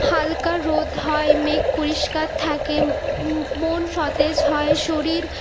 হালকা রোদ হয় মেঘ পরিষ্কার থাকে মন সতেজ হয় শরীর